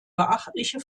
beachtliche